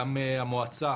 גם המועצה